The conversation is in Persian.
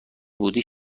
بودی